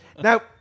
now